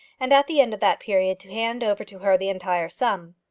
and at the end of that period to hand over to her the entire sum.